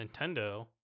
Nintendo